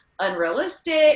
unrealistic